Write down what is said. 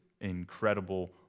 incredible